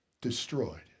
Destroyed